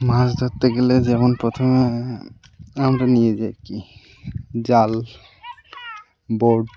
মাছ ধরতে গেলে যেমন প্রথমে আমরা নিয়ে যাই কী জাল বোট